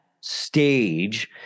stage